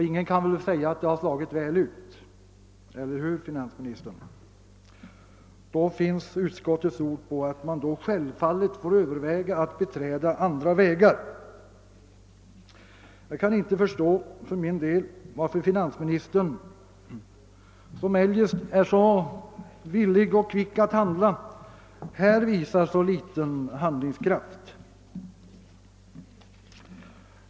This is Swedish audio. Ingen kan väl säga att det slagit väl ut, eller hur finansministern? Då finns ju utskottets ord på att man självfallet får överväga att beträda andra vägar. Jag kan för min del inte förstå varför finansministern, som eljest är så villig och kvick att handla, här visar så liten handlingskraft.